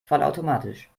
vollautomatisch